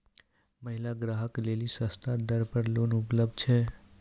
महिला ग्राहक लेली सस्ता दर पर लोन उपलब्ध छै?